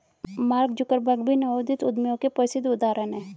mark Zuckerberg भी नवोदित उद्यमियों के प्रसिद्ध उदाहरण हैं